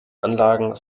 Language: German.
anlagen